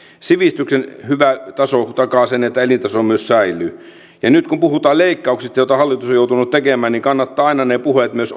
sivistyksen hyvä taso takaa sen että elintaso myös säilyy nyt kun puhutaan leikkauksista joita hallitus on joutunut tekemään niin kannattaa aina myös